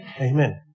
Amen